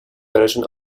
براشون